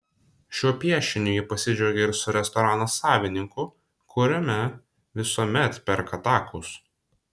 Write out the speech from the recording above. šiuo piešiniu ji pasidžiaugė ir su restorano savininku kuriame visuomet perka takus